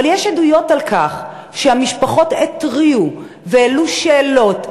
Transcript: ויש עדויות על כך שהמשפחות התריעו והעלו שאלות,